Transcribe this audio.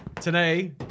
today